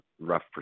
rough